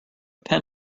pen